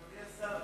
אדוני השר,